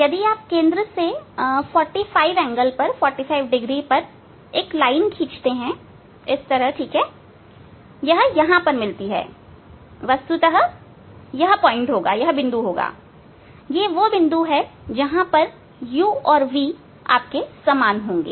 यदि केंद्र से आप 45 डिग्री पर एक लाइन खींचते हैं ठीक है यह कहां मिलती है वस्तुतः यह बिंदु होगा यह वह बिंदु होगा जहां u और v समान होंगे